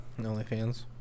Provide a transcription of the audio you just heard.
OnlyFans